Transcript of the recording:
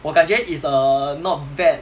我感觉 it's err not bad